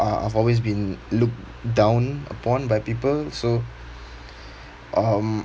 uh I've always been looked down upon by people so um